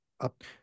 up